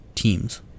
teams